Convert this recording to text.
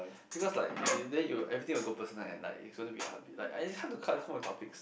because like if you then you everything will go personal and like it's gonna be a hard pick like it's hard to come up with topics